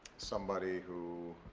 somebody who